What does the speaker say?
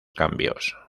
cambios